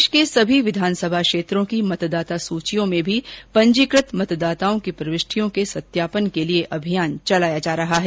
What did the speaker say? प्रदेश के सभी विधानसभा क्षेत्रों की मतदाता सूचियों में भी पंजीकृत मतदाताओं की प्रविष्टियों के सत्यापन के लिए अभियान चलाया जा रहा है